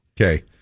Okay